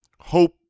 hope